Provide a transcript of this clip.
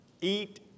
eat